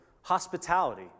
hospitality